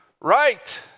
right